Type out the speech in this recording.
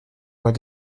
voit